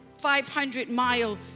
500-mile